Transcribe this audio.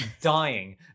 dying